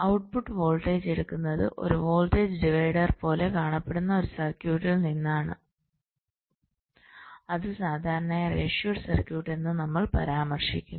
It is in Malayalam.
ഔട്ട്പുട്ട് വോൾട്ടേജ് എടുക്കുന്നത് ഒരു വോൾട്ടേജ് ഡിവൈഡർ പോലെ കാണപ്പെടുന്ന ഒരു സർക്യൂട്ടിൽ നിന്നാണ് അത് സാധാരണയായി റേഷ്യോഡ് സർക്യൂട്ട് എന്ന് നമ്മൾ പരാമർശിക്കുന്നു